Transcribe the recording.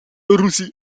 russie